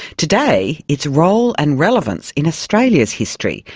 today its role and relevance in australia's history,